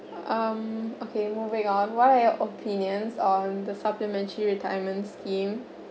um okay moving on what're your opinions on the supplementary retirement scheme